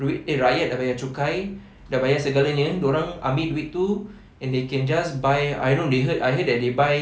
duit eh rakyat dah bayar cukai dah bayar segalanya dorang ambil duit tu and they can just buy I don't know they heard I heard that they buy